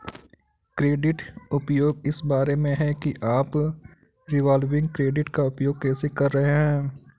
credit उपयोग इस बारे में है कि आप रिवॉल्विंग क्रेडिट का उपयोग कैसे कर रहे हैं